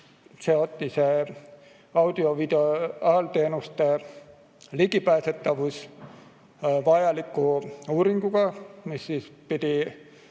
seoti audiovisuaalteenuste ligipääsetavus vajaliku uuringuga, mis pidi